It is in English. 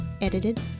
Edited